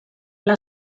pla